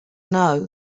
know